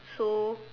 so